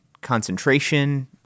concentration